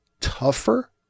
tougher